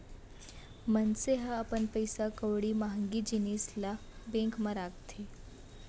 मनसे ह अपन पइसा कउड़ी महँगी जिनिस ल बेंक म राखथे